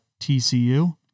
TCU